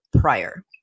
prior